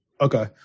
Okay